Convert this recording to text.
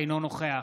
אינו נוכח